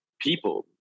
people